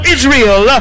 Israel